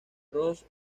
rose